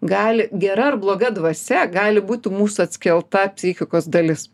gali gera ar bloga dvasia gali būti mūsų atskelta psichikos dalis